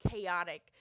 chaotic